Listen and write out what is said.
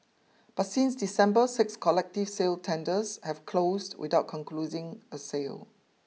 but since December six collective sale tenders have closed without a sale